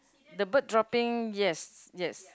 the bird dropping yes yes